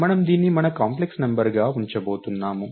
మనము దీన్ని మన కాంప్లెక్స్ నంబర్గా ఉంచబోతున్నాము